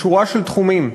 בשורה של תחומים,